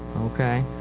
okay.